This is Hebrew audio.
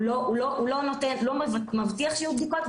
הוא לא מבטיח שיהיו בדיקות,